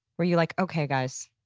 were you like, okay, guys.